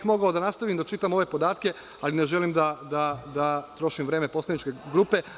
Mogao bih da nastavim da čitam ove podatke, ali ne želim da trošim vreme poslaničke grupe.